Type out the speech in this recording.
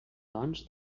doncs